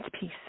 peace